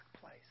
place